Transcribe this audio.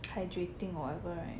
hydrating or whatever right